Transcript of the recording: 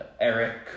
Eric